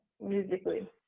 musically